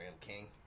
King